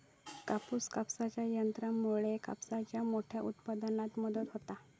कापूस कापूच्या यंत्रामुळे कापसाच्या मोठ्या उत्पादनात मदत होता